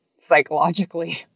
psychologically